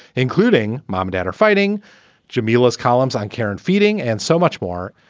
including mom. dad are fighting jamelia columns on care and feeding and so much more.